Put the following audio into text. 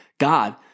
God